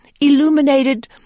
illuminated